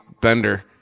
bender